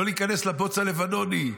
לא להיכנס לבוץ הלבנוני,